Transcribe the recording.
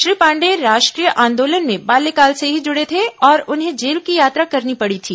श्री पांडेय राष्ट्रीय आंदोलन में बाल्यकाल से ही जुड़े थे और उन्हें जेल की यात्रा करनी पड़ी थी